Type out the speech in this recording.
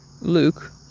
Luke